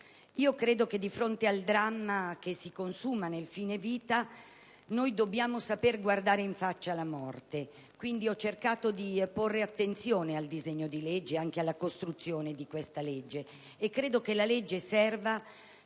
Credo che, di fronte al dramma che si consuma nel fine vita, dobbiamo saper guardare in faccia la morte. Quindi, ho cercato di porre attenzione al disegno di legge ed anche alla sua costruzione e credo che esso potrà servire